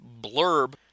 blurb